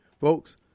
Folks